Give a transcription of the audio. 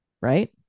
right